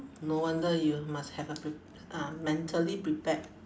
no wonder you must have a prep~ uh mentally prepared